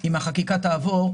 אם החקיקה תעבור,